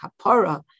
Kapara